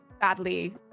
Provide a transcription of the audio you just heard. badly